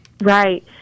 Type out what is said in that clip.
Right